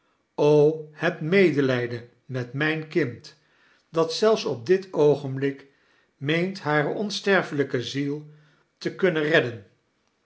o hebt medelijden met mijn kind dat zelfs op dit oogenblik meent hare onsterfelijke ziel te kunnen redden